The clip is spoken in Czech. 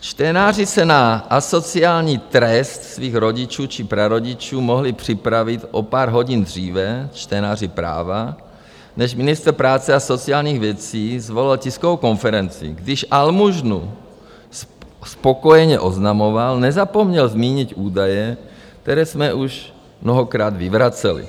Čtenáři se na asociální trest svých rodičů či prarodičů mohli připravit o pár hodin dříve, čtenáři Práva, než ministr práce a sociálních věcí svolal tiskovou konferenci, když almužnu spokojeně oznamoval, nezapomněl zmínit údaje, které jsme už mnohokrát vyvraceli.